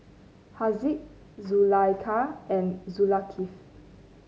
Haziq Zulaikha and Zulkifli